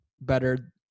better